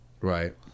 Right